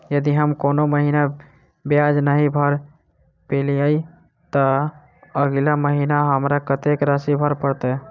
यदि हम कोनो महीना ब्याज नहि भर पेलीअइ, तऽ अगिला महीना हमरा कत्तेक राशि भर पड़तय?